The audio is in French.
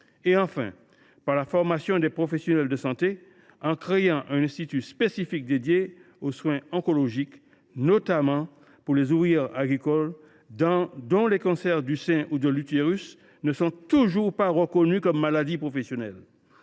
en améliorant la formation des professionnels de santé par la création d’un institut spécifique dédié aux soins oncologiques, notamment pour les ouvrières agricoles, dont les cancers du sein ou de l’utérus ne sont toujours pas reconnus comme maladies professionnelles.